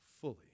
fully